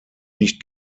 nicht